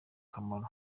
kamaro